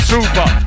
Super